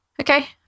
Okay